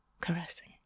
caressing